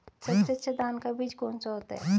सबसे अच्छा धान का बीज कौन सा होता है?